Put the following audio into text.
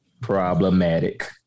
Problematic